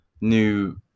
new